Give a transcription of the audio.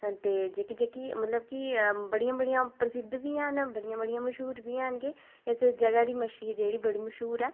ते जेह्की जेह्की बड़ियां बड़ियां प्रसिद्ध बी ऐ न ते बड़ियां बड़ियां मश्हूर बी हैन ते इस जगह् दी जेह्ड़ी मच्छी ऐ बड़ी मश्हूर ऐ